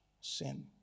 sin